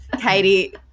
Katie